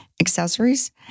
accessories